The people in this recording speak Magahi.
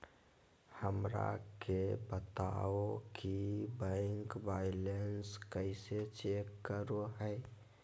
हमरा के बताओ कि बैंक बैलेंस कैसे चेक करो है?